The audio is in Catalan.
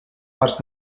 parts